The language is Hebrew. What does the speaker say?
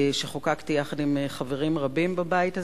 שחוקקתי יחד עם חברים רבים בבית הזה.